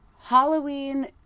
Halloween